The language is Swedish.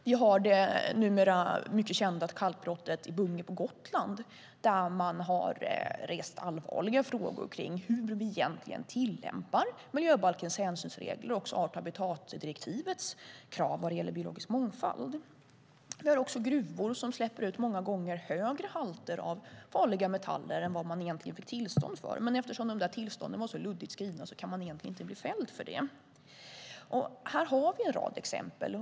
Vi har det numera mycket kända kalkbrottet i Bunge på Gotland där man har rest allvarliga frågor om hur vi egentligen tillämpar miljöbalkens hänsynsregler och också art och habitatdirektivets krav vad gäller biologisk mångfald. Vi har också gruvor som släpper ut många gånger högre halter av vanliga metaller än vad de egentligen fått tillstånd för. Men eftersom de tillstånden var så luddigt skrivna kan man egentligen inte bli fälld för det. Här har vi en rad exempel.